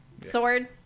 Sword